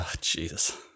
Jesus